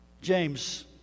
James